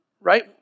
right